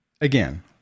again